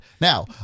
Now